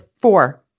four